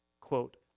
quote